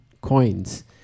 coins